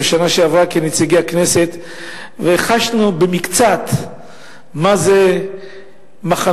בשנה שעברה כנציגי הכנסת וחשנו במקצת מה זה מחנות